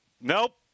nope